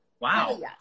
Wow